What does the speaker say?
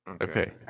Okay